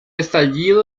estallido